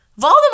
Voldemort